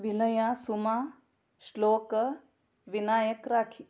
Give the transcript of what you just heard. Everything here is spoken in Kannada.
ವಿನಯ ಸುಮಾ ಶ್ಲೋಕ ವಿನಾಯಕ್ ರಾಕಿ